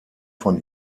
von